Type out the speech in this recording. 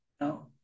No